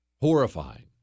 Horrifying